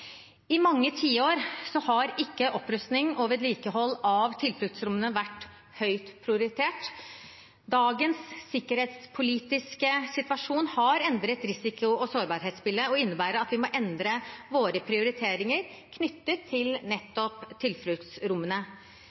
I mange tiår har ikke opprustning og vedlikehold av tilfluktsrommene vært høyt prioritert. Dagens sikkerhetspolitiske situasjon har endret risiko- og sårbarhetsbildet og innebærer at vi må endre våre prioriteringer knyttet til nettopp tilfluktsrommene.